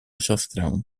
siostrę